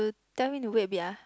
you tell him to wait a bit ah